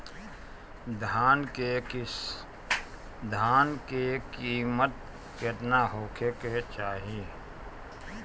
धान के किमत केतना होखे चाही?